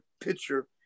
pitcher